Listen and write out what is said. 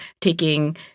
taking